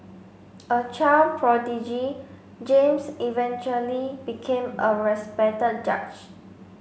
a child prodigy James eventually became a respected judge